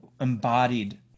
embodied